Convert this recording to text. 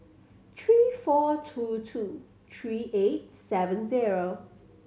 three four two two three eight seven zero